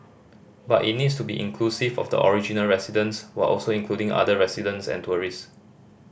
but it needs to be inclusive of the original residents while also including other residents and tourist